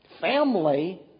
family